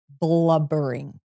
blubbering